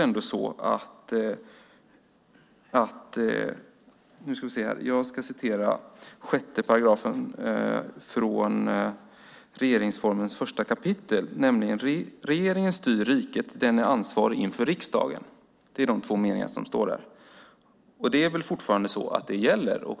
I 6 § i regeringsformens första kapitel står det: Regeringen styr riket. Den är ansvarig inför riksdagen. Det är de två meningar som står där. De gäller väl fortfarande?